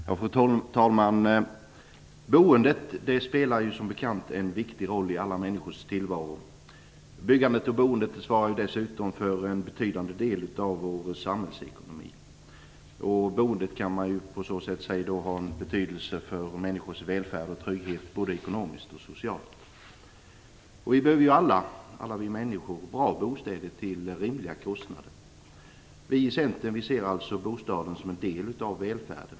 Fru talman! Boendet spelar som bekant en viktig roll i alla människors tillvaro. Byggandet och boendet svarar dessutom för en betydande del av vår samhällsekonomi. Boendet kan på så sätt sägas ha betydelse för människors välfärd och trygghet både ekonomiskt och socialt. Alla människor behöver bra bostäder till rimliga kostnader. Vi i Centern ser bostaden som en del av välfärden.